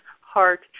heart